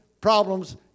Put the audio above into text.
problems